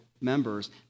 members